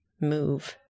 move